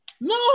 no